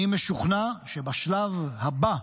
אני משוכנע שבשלב הבא,